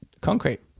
concrete